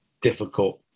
difficult